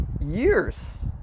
years